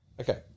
Okay